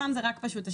הפעם זה רק השינוי.